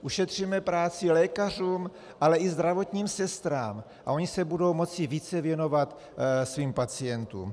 Ušetříme práci lékařům, ale i zdravotním sestrám a oni se budou moci více věnovat svým pacientům.